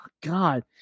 God